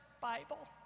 Bible